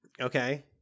okay